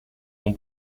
non